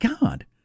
God